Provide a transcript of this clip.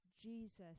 Jesus